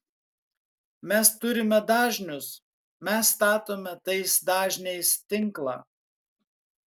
mes turime dažnius mes statome tais dažniais tinklą